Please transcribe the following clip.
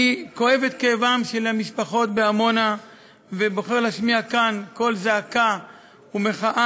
אני כואב את כאבן של המשפחות בעמונה ובוחר להשמיע כאן קול זעקה ומחאה,